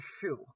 shoe